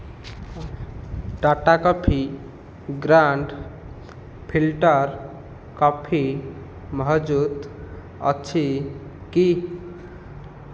Tata coffee grand filter coffee ମହଜୁଦ ଅଛି କି